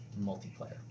multiplayer